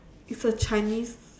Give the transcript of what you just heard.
it's a chinese